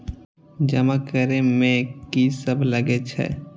जमा करे में की सब लगे छै?